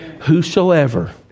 Whosoever